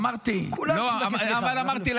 אמרתי --- אבל כולם צריכים לבקש סליחה.